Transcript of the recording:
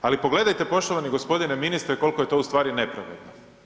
Ali pogledajte poštovani gospodine ministre koliko je to ustvari nepravedno.